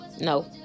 no